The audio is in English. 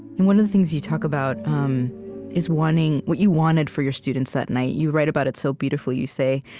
one of the things you talk about um is what you wanted for your students that night. you write about it so beautifully you say,